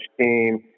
team